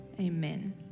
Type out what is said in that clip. amen